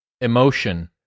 emotion